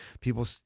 people